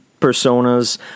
personas